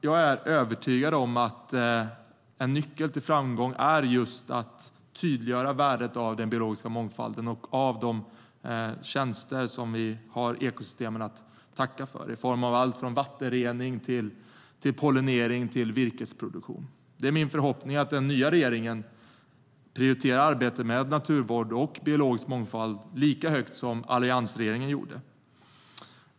Jag är övertygad om att en nyckel till framgång är just att tydliggöra värdet av den biologiska mångfalden och av de tjänster som vi har ekosystemen att tacka för, i form av allt från vattenrening till pollinering och virkesproduktion. Det är min förhoppning att den nya regeringen prioriterar arbetet med naturvård och biologisk mångfald lika högt som alliansregeringen gjorde.